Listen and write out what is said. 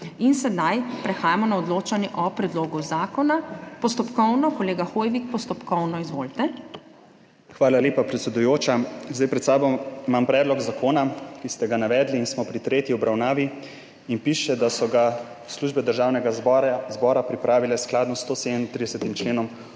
In sedaj prehajamo na odločanje o predlogu zakona ... Postopkovno, kolega Hoivik? Postopkovno. Izvolite. **ANDREJ HOIVIK (PS SDS):** Hvala lepa, predsedujoča. Pred sabo imam predlog zakona, ki ste ga navedli, in smo pri tretji obravnavi in piše, da so ga službe Državnega zbora pripravile skladno s 137. členom